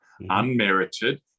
unmerited